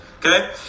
Okay